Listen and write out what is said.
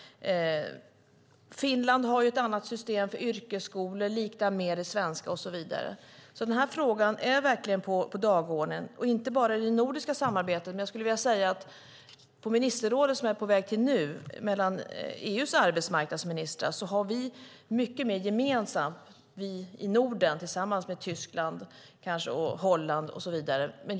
Finland har ett annat system för yrkesskolor; det liknar mer det svenska. Frågan är verkligen på dagordningen, inte bara i det nordiska samarbetet. På ministerrådet mellan EU:s arbetsmarknadsministrar, som jag är på väg till nu, har vi i Norden tillsammans med Tyskland och Holland mycket gemensamt.